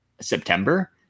September